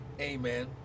amen